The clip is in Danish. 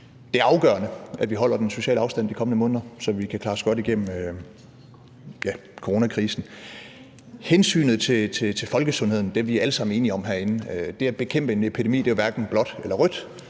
det også afgørende, at vi holder den sociale afstand de kommende måneder, så vi kan klare os godt igennem coronakrisen. Hensynet til folkesundheden er vi alle sammen enige om herinde. Det at bekæmpe en epidemi er hverken blåt eller rødt.